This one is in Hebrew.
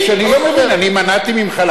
אני לא מבין, אני מנעתי ממך להגיש?